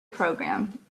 program